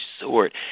sword